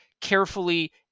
carefully